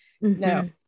No